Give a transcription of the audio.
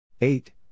Eight